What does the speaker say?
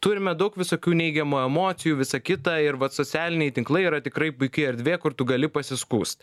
turime daug visokių neigiamų emocijų visa kita ir vat socialiniai tinklai yra tikrai puiki erdvė kur tu gali pasiskųst